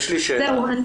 יש לי שאלה, לילי,